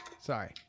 Sorry